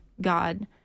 God